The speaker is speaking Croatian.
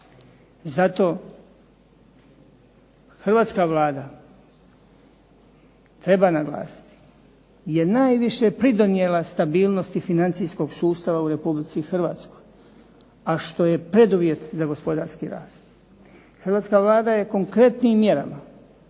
Zato hrvatska Vlada treba naglasiti je najviše pridonijela stabilnosti financijskog sustava u Republici Hrvatskoj, a što je preduvjet za gospodarski razvoj. Hrvatska Vlada je konkretnim mjerama